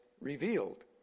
revealed